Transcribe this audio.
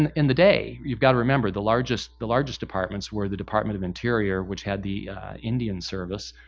and in the day, you've got to remember, the largest the largest departments were the department of interior which had the indian service,